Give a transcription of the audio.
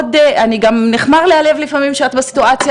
גם נכמר לי הלב לפעמים שאת בסיטואציה